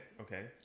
Okay